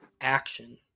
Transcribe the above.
action